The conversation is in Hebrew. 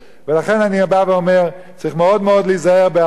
לכן אני בא ואומר שצריך מאוד מאוד להיזהר במתן